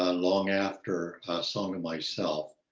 ah long after a song and myself,